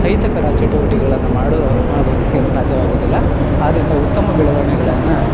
ಅಹಿತಕರ ಚಟುವಟಿಕೆಗಳನ್ನು ಮಾಡೋ ಮಾಡೋದಕ್ಕೆ ಸಾಧ್ಯವಾಗೂದಿಲ್ಲ ಆದ್ರಿಂದ ಉತ್ತಮ ಬೆಳವಣೆಗಳನ್ನು